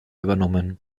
übernommen